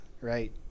right